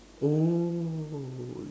oh